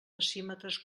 decímetres